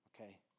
Okay